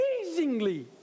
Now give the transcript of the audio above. Amazingly